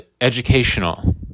educational